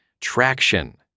Traction